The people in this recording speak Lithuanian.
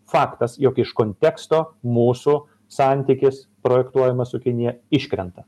faktas jog iš konteksto mūsų santykis projektuojamas su kinija iškrenta